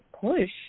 push